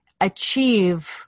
achieve